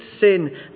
sin